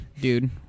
dude